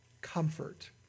comfort